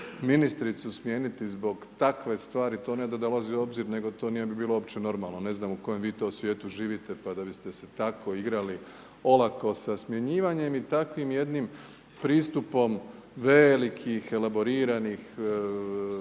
Ministricu smijeniti zbog takve stvari to ne da ne dolazi u obzir nego to ne bi bilo uopće normalno. Ne znam u kojem vi to svijetu živite pa da biste se tako igrali olako sa smjenjivanjem i takvim jednim pristupom velikih elaboriranih